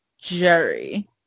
Jerry